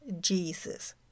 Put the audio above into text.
Jesus